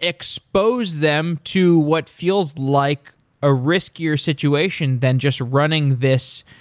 expose them to what feels like a riskier situation than just running this,